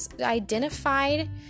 identified